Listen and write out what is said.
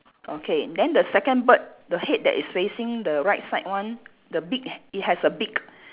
okay then the second bird the head that is facing the right side one the beak it has a beak